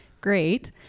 great